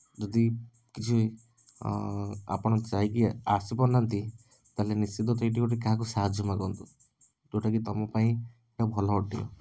ଯଦି କିଛି ଆପଣ ଯାଇକି ଆସିପାରୁନାହାନ୍ତି ତାହାଲେ ନିଶ୍ଚିତ ସେଇଠି ଗୋଟେ କାହାକୁ ସାହାଯ୍ୟ ମାଗନ୍ତୁ ଯୋଉଁଟାକି ତୁମପାଇଁ ଭଲ ଅଟେ